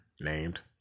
named